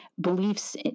beliefs